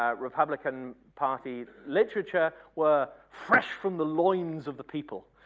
ah republican party literature were fresh from the loins of the people.